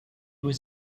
was